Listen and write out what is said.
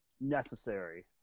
Necessary